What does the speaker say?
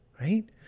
right